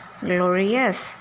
glorious